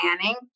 planning